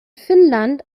finnland